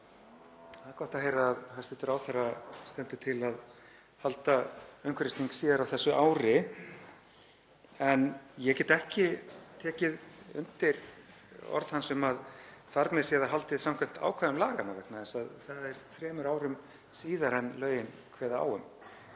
Það er gott að heyra á hæstv. ráðherra að það standi til að halda umhverfisþing síðar á þessu ári en ég get ekki tekið undir orð hans um að það sé haldið samkvæmt ákvæðum laganna vegna þess að það er þremur árum síðar en lögin kveða á um,